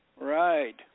Right